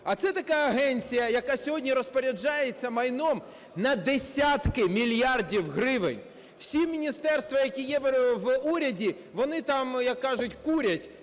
А це така агенція, яка сьогодні розпоряджається майном на десятки мільярдів гривень. Всі міністерства, які є в уряді, вони там, як кажуть, "курять",